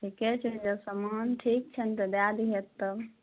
ठीके छै जे सामान ठीक छनि तऽ दए दिहथि तब